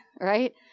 Right